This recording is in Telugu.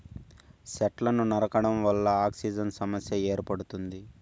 సెట్లను నరకడం వల్ల ఆక్సిజన్ సమస్య ఏర్పడుతుంది